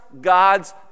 God's